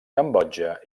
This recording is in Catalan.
cambodja